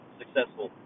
successful